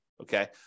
Okay